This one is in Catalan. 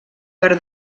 per